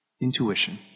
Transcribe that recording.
intuition